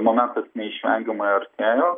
momentas neišvengiamai artėjo